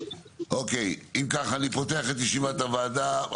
בוקר טוב, אני פותח את ישיבת הוועדה.